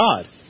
God